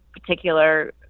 particular